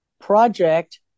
project